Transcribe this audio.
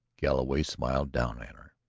galloway smiled down at her.